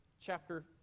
chapter